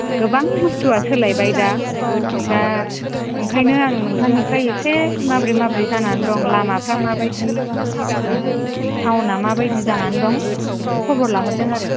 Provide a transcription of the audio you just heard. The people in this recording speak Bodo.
गोबां बुस्तुआ सोलायबाय दा दा ओंखायनो आं नोंथांनिफ्राय एसे माबोरै माबोरै जानानै दं लामाफ्रा मा बायदि थावना मा बायदि जानानै दं बेखौ खबर लाहरदों आरो